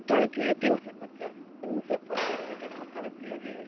ପୋଟଳ କି ତିନି ଶହ ପଚାଶ ତିନି ଶହ ପଚାଶ ଗୋଟେ ପୋଟଳ କିଲୋ କି